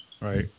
Right